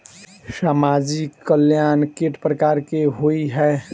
सामाजिक कल्याण केट प्रकार केँ होइ है?